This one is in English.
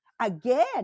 again